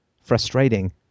Frustrating